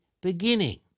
beginning